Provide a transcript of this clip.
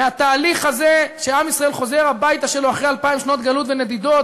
מהתהליך הזה שעם ישראל חוזר הביתה שלו אחרי אלפיים שנות גלות ונדידות,